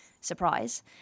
surprise